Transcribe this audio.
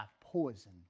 poison